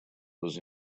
was